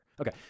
Okay